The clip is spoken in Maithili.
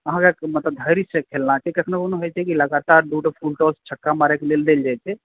अहाँके मतलब धैर्य सॅं खेलना छै कखनो कखनो होइ छै कि लगातार फूलटॉस छक्का मारै के लेल देल जाइ छै